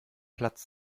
platz